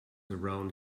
around